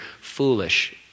foolish